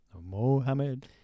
Mohammed